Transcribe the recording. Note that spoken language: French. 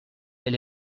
elle